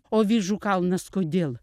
o vyžų kalnas kodėl